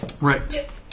Right